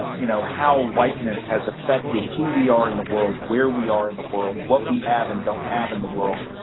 but you know, how whiteness has affected who we are in the world, where we are in the world, what we have and don't have in the world.